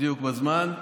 בדיוק בזמן,